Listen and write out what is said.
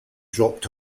dropped